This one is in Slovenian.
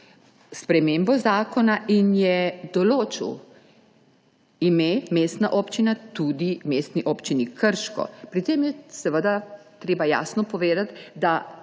spremembo zakona in je določil ime mestna občina tudi Mestni občini Krško. Pri tem je seveda treba jasno povedati, da